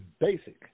basic